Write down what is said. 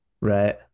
right